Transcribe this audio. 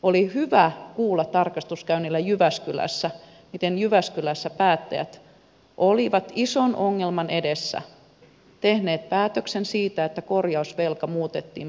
oli hyvä kuulla tarkastuskäynnillä jyväskylässä miten jyväskylässä päättäjät olivat ison ongelman edessä tehneet päätöksen siitä että korjausvelka muutettiin pankkivelaksi